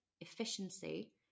efficiency